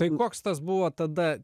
tai koks tas buvo tada